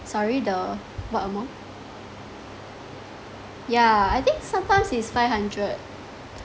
sorry the what amount yeah I think sometimes it's five hundred